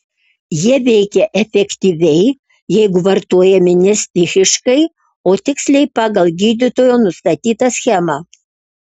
jie veikia efektyviai jeigu vartojami ne stichiškai o tiksliai pagal gydytojo nustatytą schemą